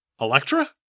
Electra